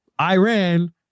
Iran